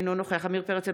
אינו נוכח עמיר פרץ,